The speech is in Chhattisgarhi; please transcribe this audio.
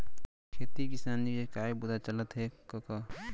खेती किसानी के काय बूता चलत हे कका?